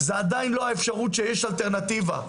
אין אלטרנטיבה.